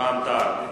רע"ם-תע"ל.